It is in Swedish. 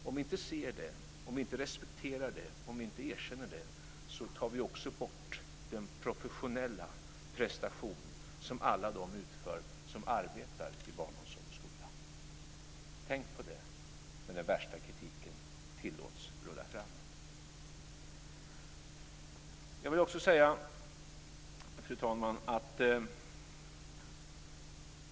Om vi inte ser det, om vi inte respekterar det och om vi inte erkänner det tar vi också bort den professionella prestation som alla de utför som arbetar i barnomsorg och skola. Tänk på det när den värsta kritiken tillåts rulla fram! Fru talman!